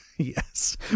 Yes